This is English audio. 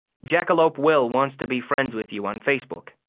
jacklope will wants to be friends with you on facebook.